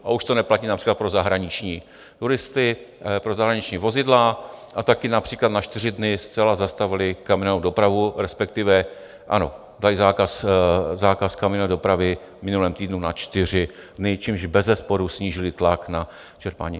A už to neplatí například pro zahraniční turisty, pro zahraniční vozidla, a taky například na čtyři dny zcela zastavili kamionovou dopravu, respektive ano, dali zákaz kamionové dopravy v minulém týdnu na čtyři dny, čímž bezesporu snížili tlak na čerpání.